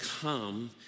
come